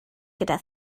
gyda